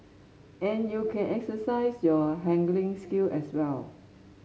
and you can exercise your haggling skill as well